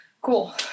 Cool